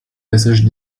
passage